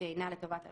לטובת לקוח,